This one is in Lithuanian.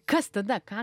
kas tada ką